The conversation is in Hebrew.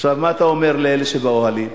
עכשיו מה אתה אומר לאלה שבאוהלים,